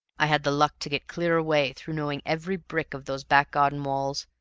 i had the luck to get clear away through knowing every brick of those back-garden walls,